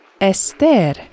Esther